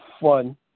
fun